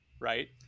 right